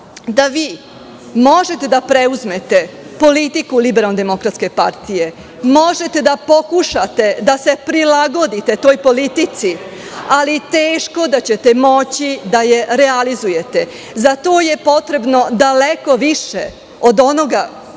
da vi možete da preuzmete politiku LDP, možete da pokušate da prilagodite toj politici, ali teško da ćete moći da je realizujete. Za to je potrebno daleko više od onoga